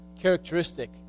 characteristic